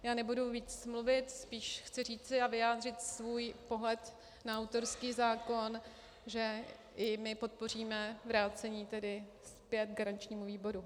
Já nebudu víc mluvit, spíš chci říci a vyjádřit svůj pohled na autorský zákon, že i my podpoříme vrácení zpět garančnímu výboru.